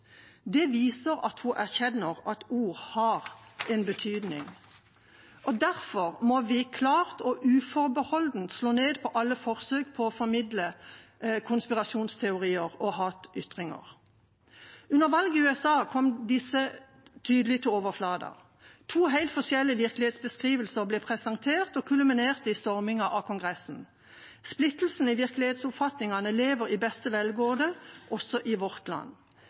det viser at hun erkjenner at ord har en betydning. Derfor må vi klart og uforbeholdent slå ned på alle forsøk på å formidle konspirasjonsteorier og hatytringer. Under valget i USA kom disse tydelig til overflaten. To helt forskjellige virkelighetsbeskrivelser ble presentert og kulminerte i stormingen av Kongressen. Splittelsen mellom virkelighetsoppfatningene lever i beste velgående, også i vårt land.